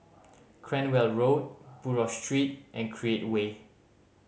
Cranwell Road Buroh Street and Create Way